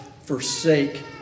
forsake